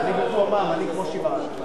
אני במקומם, אני כמו שבעה.